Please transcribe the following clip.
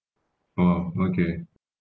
oh okay